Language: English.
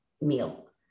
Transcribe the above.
meal